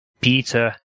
Peter